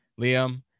Liam